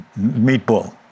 meatball